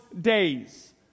days